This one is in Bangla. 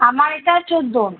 আমার এটা চৌদ্দ